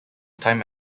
time